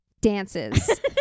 Dances